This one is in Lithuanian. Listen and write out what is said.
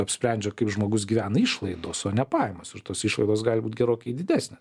apsprendžia kaip žmogus gyvena išlaidos o ne pajamos ir tos išlaidos gali būt gerokai didesnė